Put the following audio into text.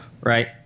right